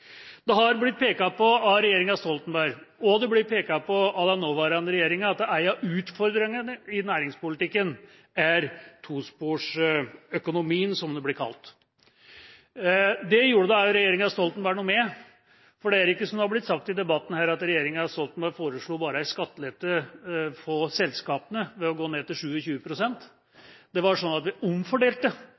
Det har blitt pekt på av regjeringa Stoltenberg, og det blir pekt på av den nåværende regjeringa, at en av utfordringene i næringspolitikken er tosporsøkonomien, som det blir kalt. Det gjorde da også regjeringa Stoltenberg noe med. For det er ikke slik som det har blitt sagt i debatten her, at regjeringa Stoltenberg foreslo bare en skattelette for selskapene ved å gå ned til 27 pst. Det var sånn at vi omfordelte